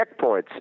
checkpoints